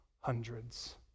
hundreds